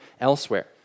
elsewhere